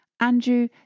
Andrew